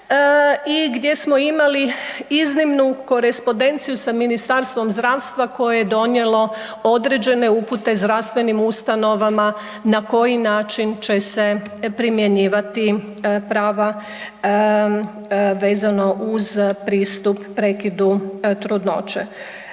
i gdje smo imali iznimnu korespondenciju sa Ministarstvom zdravstva koje je donijelo određene upute zdravstvenim ustanovama na koji način će se primjenjivati prava vezano uz pristup prekidu trudnoće.